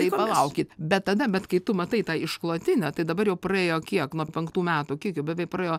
tai palaukit bet tada bet kai tu matai tą išklotinę tai dabar jau praėjo kiek nuo penktų metų kiek jau beveik praėjo